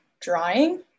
drawing